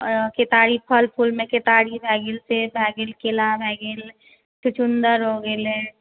खेसारी फल फूल मे खेसारी भए गेल सेब भए केला भए गेल चुकुन्दर हो गेलै